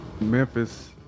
memphis